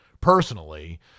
personally